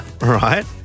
right